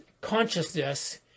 consciousness